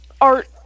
art